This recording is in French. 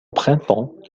printemps